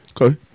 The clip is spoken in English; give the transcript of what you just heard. Okay